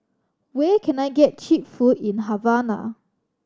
where can I get cheap food in Havana